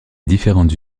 différentes